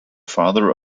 father